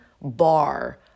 bar